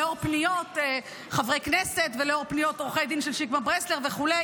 לאור פניות של חברי כנסת ולאור פניות של עורכי דין של שקמה ברסלר וכו'.